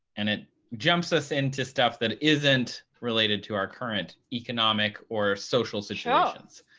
and it jumps us into stuff that isn't related to our current economic or social situations.